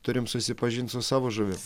turim susipažint su savo žuvim